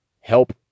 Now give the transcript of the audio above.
help